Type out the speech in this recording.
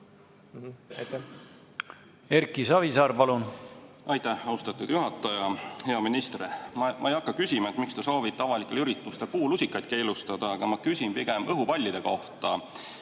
Erki Savisaar, palun! Aitäh, austatud juhataja! Hea minister! Ma ei hakka küsima, miks te soovite avalikel üritustel puulusikaid keelustada. Ma küsin pigem õhupallide kohta,